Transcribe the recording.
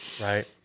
right